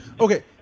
Okay